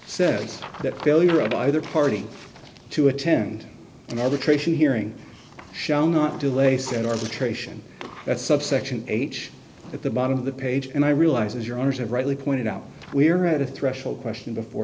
says that failure of either party to attend another creation hearing shall not delay said arbitration that subsection h at the bottom of the page and i realize as your owners have rightly pointed out we are at a threshold question before